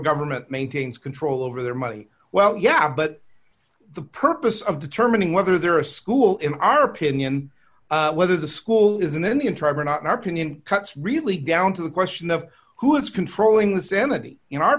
government maintains control over their money well yeah but the purpose of determining whether they're a school in our opinion whether the school is an indian tribe or not in our pinion cuts really down to the question of who is controlling the sanity in our